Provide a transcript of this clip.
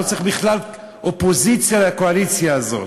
לא צריך כל אופוזיציה לקואליציה הזאת.